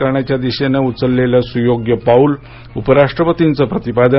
करण्याच्या दिशेनं उचललेलं सुयोग्य पाऊल होतं उपराष्ट्रपतींच प्रतिपादन